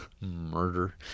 murder